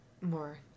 more